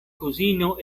kuzino